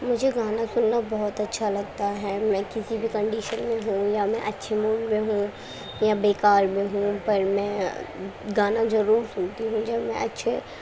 مجھے گانا سننا بہت اچھا لگتا ہے میں کسی بھی کنڈیشن میں ہوں یا میں اچھے موڈ میں ہوں یا بےکار میں ہوں پر میں گانا ضرور سنتی ہوں جب میں اچھے